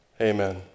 Amen